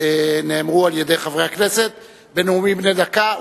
נאמרו על-ידי חברי הכנסת בנאומים בני דקה,